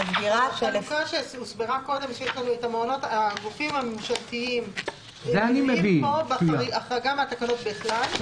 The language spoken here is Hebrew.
הוסבר קודם שיש לנו את הגופים הממשלתיים המנויים בהחרגה מהתקנות בכלל.